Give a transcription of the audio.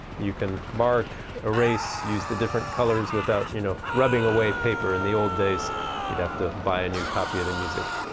you can mark, erase, use the different colors without, you know, rubbing away paper. in the old days you'd have to buy a new copy of the music.